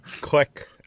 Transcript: Click